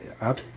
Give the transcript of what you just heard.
up